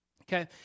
okay